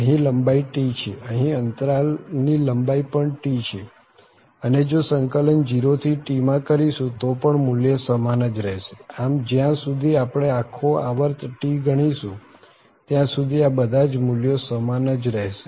અહી લંબાઈ T છે અહી અંતરાલ ની લંબાઈ પણ T છે અને જો સંકલન 0 થી T માં કરીશું તો પણ મુલ્ય સમાન જ રહેશે આમ જ્યાં સુધી આપણે આખો આવર્ત T ગણીશું ત્યાં સુધી આ બધા જ મુલ્યો સમાન જ રહેશે